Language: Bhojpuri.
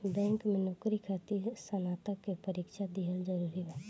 बैंक में नौकरी खातिर स्नातक के परीक्षा दिहल जरूरी बा?